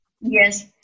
Yes